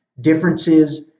differences